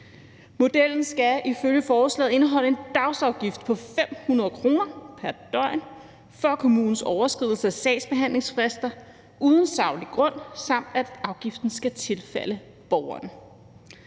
Modellen skal ifølge forslaget indeholde en dagsafgift på 500 kr., altså pr. døgn, for kommunens overskridelse af sagsbehandlingsfrister uden saglig grund, og afgiften skal tilfalde borgeren.